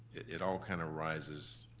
it all kind of rises